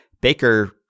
Baker